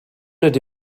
ydy